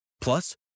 Plus